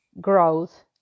growth